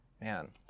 Man